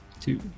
two